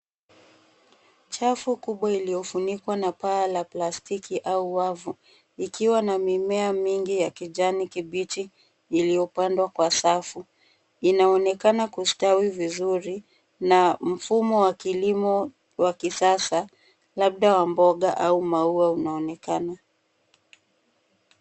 Chafu kubwa iliyofunikwa na paa la plastiki au wavu ikiwa na mimea mingi ya kijani kibichi iliyopandwa kwa safu, inaonekana kustawi vizuri na mfumo wa kilimo wa kisasa labda wa mboga au maua unaonekana.